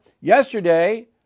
yesterday